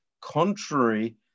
contrary